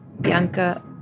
Bianca